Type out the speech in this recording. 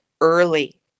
early